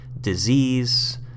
disease